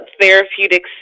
therapeutic